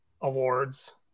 awards